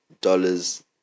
dollars